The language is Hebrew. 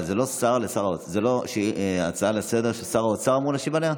זו לא הצעה לסדר-היום ששר האוצר אמור להשיב עליה?